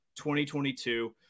2022